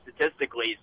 statistically